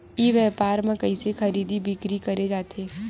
ई व्यापार म कइसे खरीदी बिक्री करे जाथे?